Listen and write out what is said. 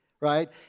right